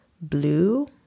blue